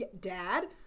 Dad